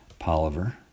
Poliver